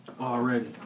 Already